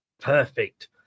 Perfect